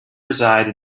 reside